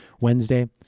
Wednesday